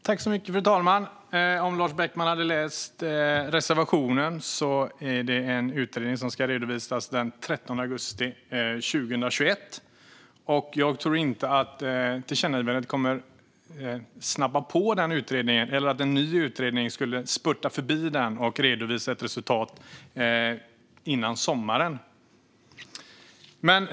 Fru talman! Om Lars Beckman hade läst reservationen hade han sett att en utredning ska redovisas den 13 augusti 2021. Jag tror inte att tillkännagivandet kommer att snabba på den utredningen eller att en ny utredning skulle spurta förbi den och redovisa ett resultat innan sommaren.